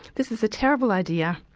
this is a terrible idea.